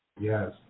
Yes